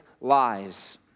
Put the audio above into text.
lies